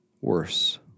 worse